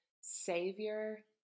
Savior